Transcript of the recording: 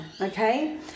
okay